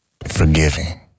forgiving